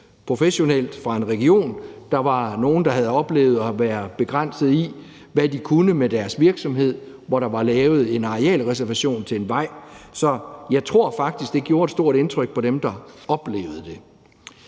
råstofindvinding fra en region, og der var nogle, der havde oplevet at være begrænset i, hvad de kunne med deres virksomhed, hvor der var lavet en arealreservation til en vej. Så jeg tror faktisk, at det gjorde et stort indtryk på dem, der oplevede det